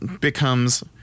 becomes